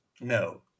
No